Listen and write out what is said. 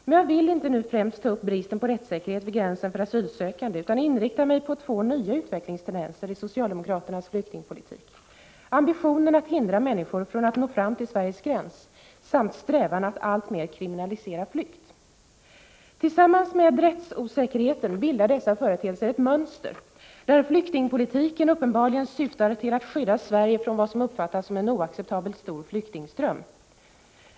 Men jag vill inte nu främst ta upp bristen på rättssäkerhet vid gränsen för asylsökande utan inrikta mig på två nya utvecklingstendenser i socialdemokraternas flyktingpolitik: ambitionen att hindra människor från att nå fram till Sveriges gräns samt strävan att alltmer kriminalisera flykt. Tillsammans med rättsosäkerheten bildar dessa företeelser ett mönster, där flyktingpoliti ken uppenbarligen syftar till att skydda Sverige från vad som uppfattas som en oacceptabelt stor flyktingström.